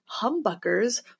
humbuckers